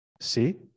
See